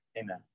amen